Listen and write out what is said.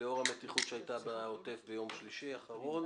לאור המתיחות שהייתה בעוטף עזה ביום שלישי האחרון.